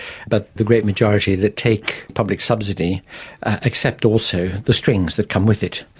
but the great majority that take public subsidy accept also the strings that come with it.